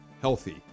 healthy